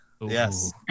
yes